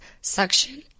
suction